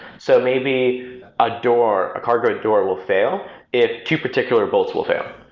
so maybe a door, a cargo door will fail if two particular bolts will fail.